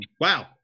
wow